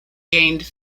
gained